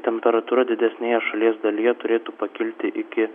temperatūra didesnėje šalies dalyje turėtų pakilti iki